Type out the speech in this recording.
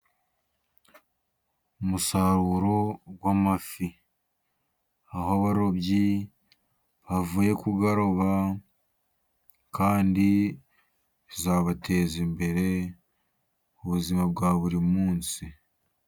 Umusaruro w'amafi, aho abarobyi bavuye kuyaroba, kandi bizabateza imbere mu buzima bwa buri munsi.